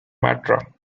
matra